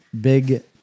Big